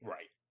Right